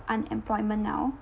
unemployment now